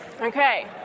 Okay